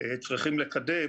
צריכים לקדם